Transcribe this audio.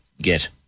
get